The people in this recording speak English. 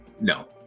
No